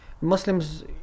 Muslims